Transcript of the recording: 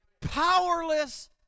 powerless